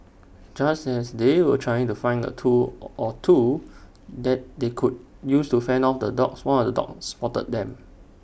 just as they were trying to find A tool or two that they could use to fend off the dogs one of the dogs spotted them